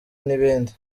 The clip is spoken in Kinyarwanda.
n’ibindi